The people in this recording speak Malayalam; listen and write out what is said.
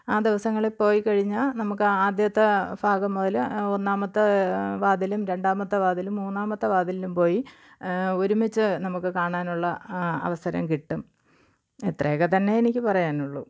ആ ദിവസങ്ങളിൽ പോയിക്കഴിഞ്ഞാൽ നമുക്ക് ആദ്യത്തെ ഭാഗം മുതൽ ഒന്നാമത്തെ വാതിലും രണ്ടാമത്തെ വാതിലും മൂന്നാമത്തെ വാതിലിലും പോയി ഒരുമിച്ച് നമുക്ക് കാണാനുള്ള അവസരം കിട്ടും ഇത്രയൊക്കെ തന്നെ എനിക്ക് പറയാനുള്ളൂ